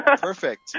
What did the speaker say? Perfect